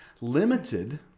Limited